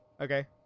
okay